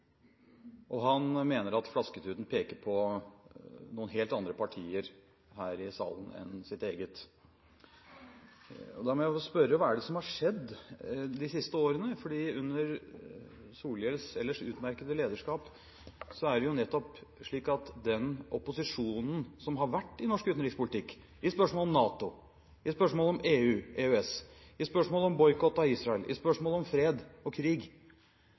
og han mener at flasketuten peker på noen helt andre partier her i salen enn sitt eget. Da må jeg få spørre: Hva er det som har skjedd de siste årene? For under Solhjells ellers utmerkede lederskap er det jo nettopp slik at den opposisjonen som har vært i norsk utenrikspolitikk – i spørsmål om NATO, i spørsmål om EU/EØS, i spørsmål om boikott av Israel, i spørsmål om fred og krig